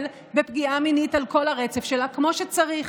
בפגיעה מינית על כל הרצף שלה כמו שצריך.